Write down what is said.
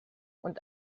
und